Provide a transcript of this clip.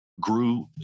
grew